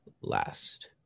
last